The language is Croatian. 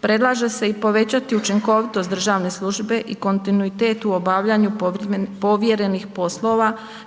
Predlaže se i povećati učinkovitost državne službe i kontinuitet u obavljanju povjerenih poslova